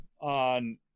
on